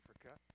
Africa